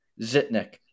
Zitnik